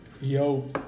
Yo